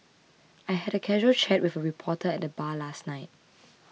I had a casual chat with a reporter at the bar last night